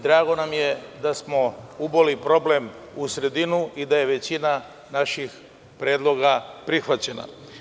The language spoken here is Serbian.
Drago nam je da smo uboli problem u sredinu i da je većina naših predloga prihvaćena.